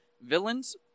villains